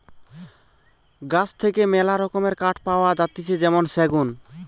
গাছ থেকে মেলা রকমের কাঠ পাওয়া যাতিছে যেমন সেগুন